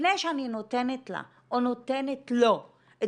לפני שאני נותנת לה או נותנת לו את